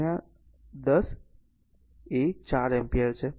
4 10 4 ampere છે